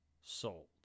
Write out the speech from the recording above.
sold